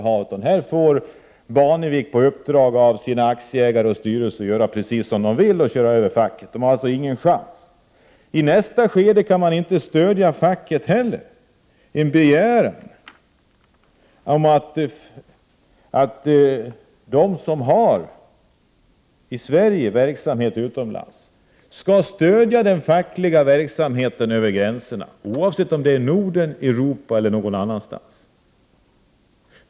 Här får Barnevik på uppdrag av sina aktieägare och sin styrelse göra precis hur han vill och köra över facket, som inte har någon chans. I nästa skede kan man inte heller stödja en begäran från facket att de svenska företagen med verksamhet utomlands skall stödja den fackliga verksamheten över gränserna, oavsett om det gäller Norden, Europa eller någon annan plats i världen.